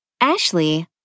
Ashley